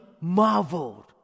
marveled